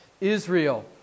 Israel